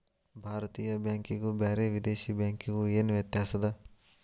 ಭಾರತೇಯ ಬ್ಯಾಂಕಿಗು ಬ್ಯಾರೆ ವಿದೇಶಿ ಬ್ಯಾಂಕಿಗು ಏನ ವ್ಯತ್ಯಾಸದ?